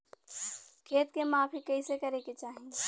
खेत के माफ़ी कईसे करें के चाही?